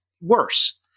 worse